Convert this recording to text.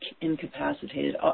incapacitated